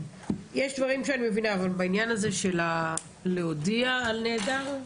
יש דברים שאני מבינה אבל בעניין הזה של הודעה על נעדר,